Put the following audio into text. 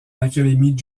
l’académie